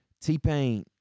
T-Pain